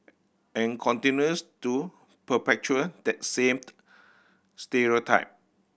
and continues to perpetuate that same stereotype